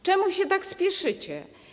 Czemu się tak spieszycie?